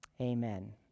Amen